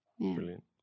Brilliant